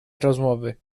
rozmowy